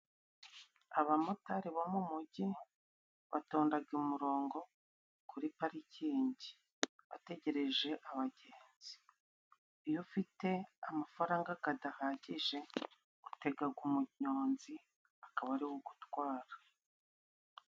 Abamotari bo mu mujyi batondaga umurongo kuri parikingi bategereje abagenzi. Iyo ufite amafaranga kadahagije utegaga umunyonzi akaba ariwe ugutwara.